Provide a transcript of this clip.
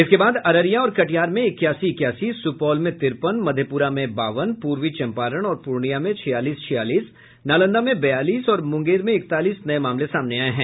इसके बाद अररिया और कटिहार में इक्यासी इक्यासी सुपौल में तिरपन मधेप्ररा में बावन पूर्वी चंपारण और पूर्णिया में छियालीस छियालीस नालंदा में बयालीस और मुंगेर में इकतालीस नये मामले सामने आये हैं